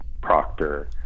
Proctor